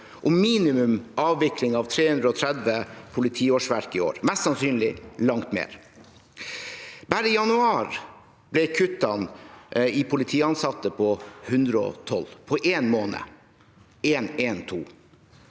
og minimum avvikling av 330 politiårsverk i år, mest sannsynlig langt mer. Bare i januar ble kuttene i antall politiansatte på 112 på én måned, altså